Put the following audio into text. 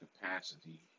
capacity